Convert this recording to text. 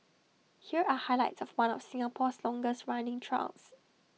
here are highlights of one of Singapore's longest running trials